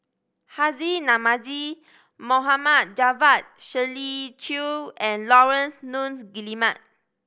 Haji Namazie Mohd Javad Shirley Chew and Laurence Nunns Guillemard